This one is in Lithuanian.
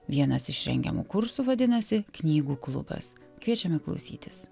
vienas iš rengiamų kursų vadinasi knygų klubas kviečiame klausytis